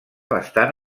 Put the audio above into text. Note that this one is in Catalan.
bastant